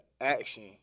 action